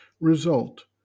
result